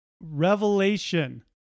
revelation